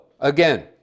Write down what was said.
Again